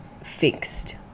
fixed